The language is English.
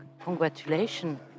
congratulations